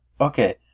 Okay